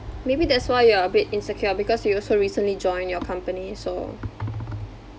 maybe that's why you are a bit insecure because you also recently join your company so